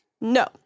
No